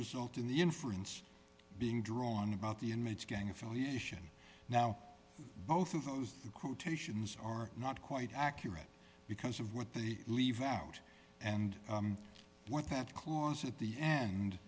result in the inference being drawn about the inmates gang affiliation now both of those the quotations are not quite accurate because of what they leave out and what that clause at the